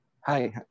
Hi